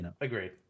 Agreed